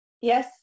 Yes